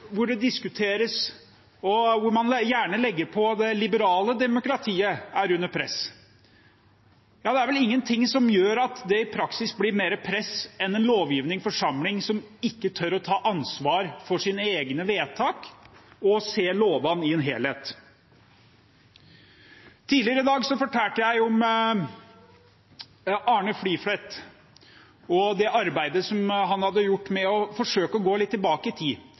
hvor det diskuteres, og hvor man gjerne legger til: Det liberale demokratiet er under press. Det er vel ingenting som gjør at det i praksis blir mer press enn en lovgivende forsamling som ikke tør å ta ansvar for sine egne vedtak og se lovene i en helhet. Tidligere i dag fortalte jeg om Arne Fliflet og det arbeidet som han har gjort ved å forsøke å gå litt tilbake i tid.